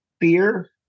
fear